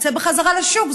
יצא בחזרה לשוק,